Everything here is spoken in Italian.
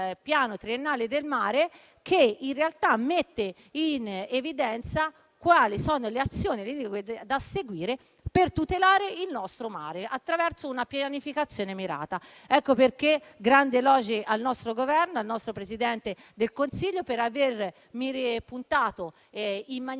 Piano triennale del mare, che mette in evidenza le azioni da seguire per tutelare il nostro mare attraverso una pianificazione mirata. Ecco perché grandi elogi vanno al nostro Governo ed al nostro Presidente del Consiglio, per aver puntato in maniera